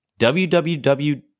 www